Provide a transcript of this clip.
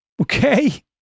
Okay